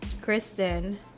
Kristen